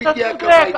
אתה צודק.